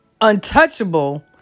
untouchable